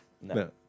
No